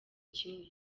kimwe